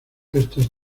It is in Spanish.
éstas